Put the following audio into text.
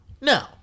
No